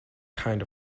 kind